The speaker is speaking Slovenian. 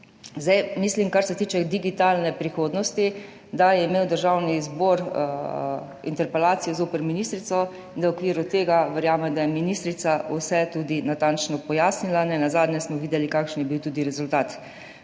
Mislim, kar se tiče digitalne prihodnosti, da je imel Državni zbor interpelacijo zoper ministrico in v okviru tega verjamem, da je ministrica vse tudi natančno pojasnila. Nenazadnje smo videli, kakšen je bil tudi rezultat